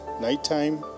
nighttime